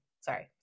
Sorry